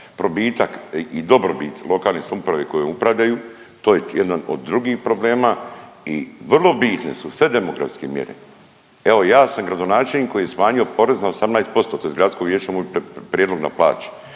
probitak i dobrobit lokalne samouprave kojom upravljaju. To je jedan od drugih problema i vrlo bitne su sve demografske mjere. Evo ja sam gradonačelnik koji je smanjio porez na 18% …/Govornik se ne razumije./… a imamo